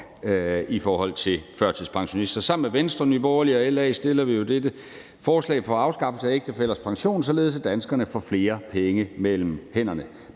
i forhold til førtidspensionister. Sammen med Venstre, Nye Borgerlige og LA fremsætter vi dette forslag for afskaffelse af modregning af ægtefællers pension, således at danskerne får flere penge mellem hænderne.